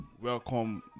welcome